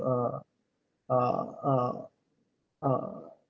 uh uh uh uh